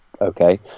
okay